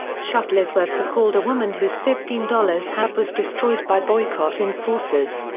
shuttlesworth recalled a woman whose fifteen dollars hat was destroyed by boycott enforcers.